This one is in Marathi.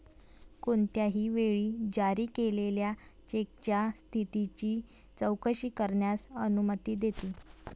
कोणत्याही वेळी जारी केलेल्या चेकच्या स्थितीची चौकशी करण्यास अनुमती देते